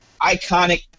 iconic